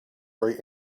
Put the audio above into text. very